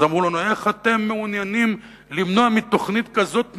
אז אמרו לנו: איך אתם מעוניינים למנוע תוכנית כזאת נפלאה,